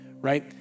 Right